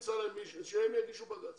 שהם יגישו בג"צ.